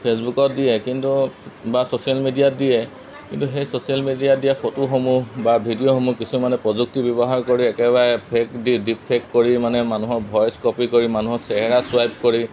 ফেচবুকত দিয়ে কিন্তু বা ছচিয়েল মিডিয়াত দিয়ে কিন্তু সেই ছচিয়েল মিডিয়াত দিয়া ফটোসমূহ বা ভিডিঅ'সমূহ কিছুমানে প্ৰযুক্তি ব্যৱহাৰ কৰি একেবাৰে ফেক ডিফেক্ট কৰি মানে মানুহৰ ভইচ কপি কৰি মানুহৰ চেহেৰা ছোৱাইপ কৰি